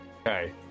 Okay